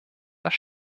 das